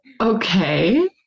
Okay